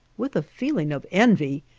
with a feeling of envy,